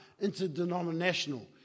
interdenominational